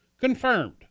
Confirmed